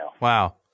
Wow